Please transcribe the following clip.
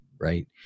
right